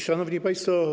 Szanowni Państwo!